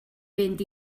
fynd